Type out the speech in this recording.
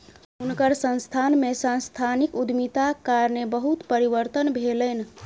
हुनकर संस्थान में सांस्थानिक उद्यमिताक कारणेँ बहुत परिवर्तन भेलैन